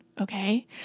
Okay